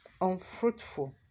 unfruitful